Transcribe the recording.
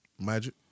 magic